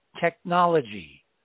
technology